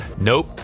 nope